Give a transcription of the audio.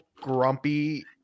grumpy